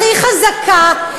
הכי חזקה,